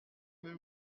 avez